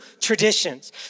traditions